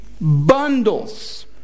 Bundles